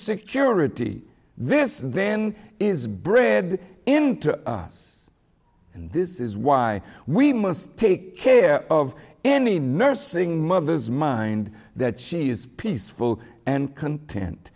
security this then is bred into us this is why we must take care of any nursing mothers mind that she is peaceful and content